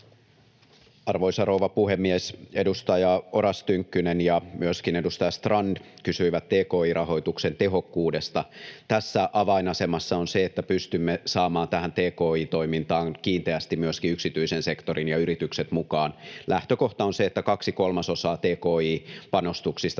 Arvoisa rouva puhemies! Edustaja Oras Tynkkynen ja myöskin edustaja Strand kysyivät tki-rahoituksen tehokkuudesta. Tässä avainasemassa on se, että pystymme saamaan tähän tki-toimintaan kiinteästi myöskin yksityisen sektorin ja yritykset mukaan. Lähtökohta on se, että kaksi kolmasosaa tki-panostuksista